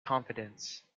confidence